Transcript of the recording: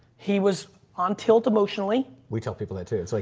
he was on tilt emotionally. we tell people that too. it's like,